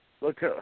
look